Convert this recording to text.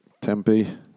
Tempe